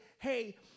hey